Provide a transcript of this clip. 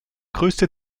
größte